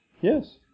Yes